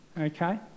okay